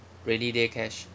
rainy day cash